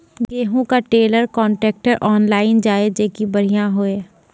गेहूँ का trailer contractor online जाए जैकी बढ़िया हुआ